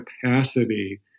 capacity